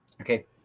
okay